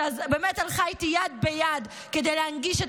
שבאמת הלכה איתי יד ביד כדי להנגיש את